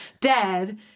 Dead